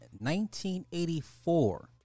1984